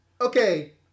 Okay